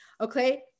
okay